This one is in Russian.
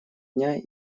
дня